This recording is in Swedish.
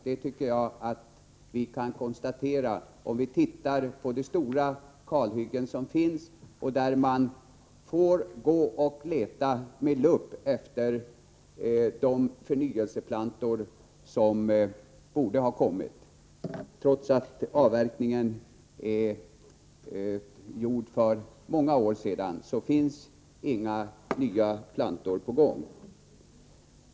Det tycker jag att vi kan konstatera om vi ser på de stora kalhyggen som finns, där man får gå och leta med lupp efter de förnyelseplantor som borde ha kommit. Trots att avverkningen är gjord för många år sedan finns inga nya plantor.